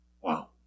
Wow